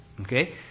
Okay